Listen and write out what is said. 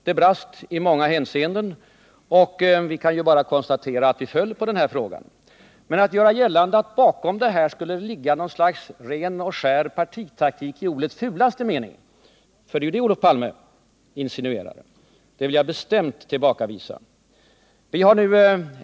Det brast i många hänseenden, och vi kan bara konstatera att vi föll på den här frågan. Men att det bakom detta skulle ligga något slags ren och skär partitaktik i ordets fulaste mening — det är ju det Olof Palme insinuerar — vill jag bestämt tillbakavisa.